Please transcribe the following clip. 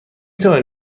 توانید